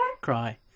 Cry